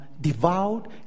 devout